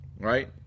right